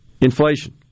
inflation